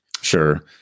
Sure